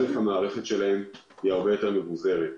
א', המערכת שלהם היא הרבה יותר מבוזרת.